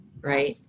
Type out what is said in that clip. Right